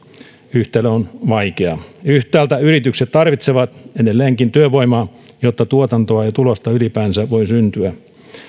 yhtälö on vaikea yhtäältä yritykset tarvitsevat edelleenkin työvoimaa jotta tuotantoa ja tulosta ylipäänsä voi syntyä